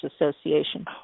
Association